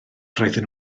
roedden